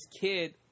kid